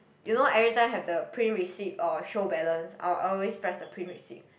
you know every time have the print receipt or show balance I'll I'll always press the print receipt